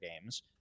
games